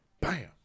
Bam